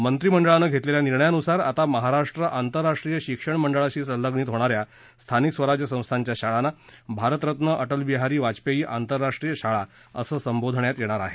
मंत्रिमंडळानं घेतलेल्या नि र्णयानुसार आता महाराष्ट्र आंतरराष्ट्रीय शिक्षण मंडळाशी संलभ्नित होणा या स्थानिक स्वराज्य संस्थांच्या शाळांना भारतरत्न अटलबिहारी वाजपेयी आंतरराष्ट्रीय शाळा असं संबोधण्यात येणार आहे